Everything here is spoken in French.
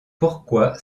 pourquoi